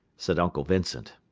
said uncle vincent.